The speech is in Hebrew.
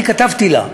אני כתבתי לה.